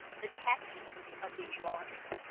the text of these laws